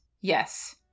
yes